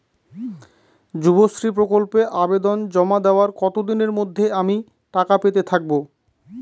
যুবশ্রী প্রকল্পে আবেদন জমা দেওয়ার কতদিনের মধ্যে আমি টাকা পেতে থাকব?